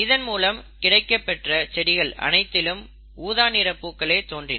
இதன் மூலம் கிடைக்கப்பெற்ற செடிகள் அனைத்திலும் ஊதா நிற பூக்களே தோன்றின